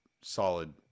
solid